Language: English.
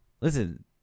listen